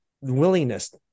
willingness